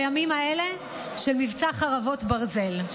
בימים האלה של מבצע חרבות ברזל,